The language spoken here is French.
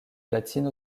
platine